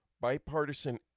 bipartisan